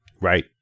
Right